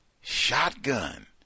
shotgun